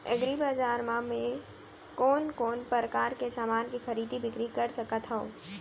एग्रीबजार मा मैं कोन कोन परकार के समान के खरीदी बिक्री कर सकत हव?